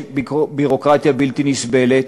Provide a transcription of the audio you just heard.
יש ביורוקרטיה בלתי נסבלת,